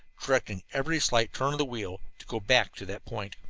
directing every slight turn of the wheel, to go back to that point.